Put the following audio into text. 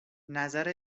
نظر